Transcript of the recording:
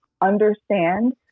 understand